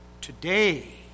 today